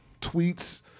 tweets